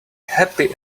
happy